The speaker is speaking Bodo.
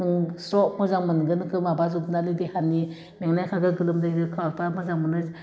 ओं स्र मोजां मोनगोन माबा जोबनानै देहानि मेंनाया खारगोन गोलोमदैबो खारबा मोजां मोनो